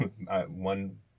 one